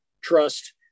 trust